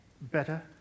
better